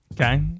Okay